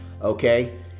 Okay